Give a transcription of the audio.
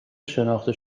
شناخته